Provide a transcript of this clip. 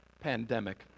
pandemic